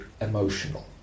emotional